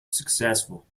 successful